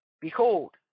Behold